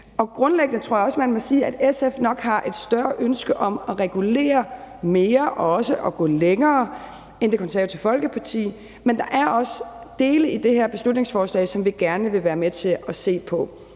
grundlæggende tror jeg også, man må sige, at SF nok har et større ønske om at regulere mere og også gå længere end Det Konservative Folkeparti. Men der er også dele af det her beslutningsforslag, som vi gerne vil være med til at se på.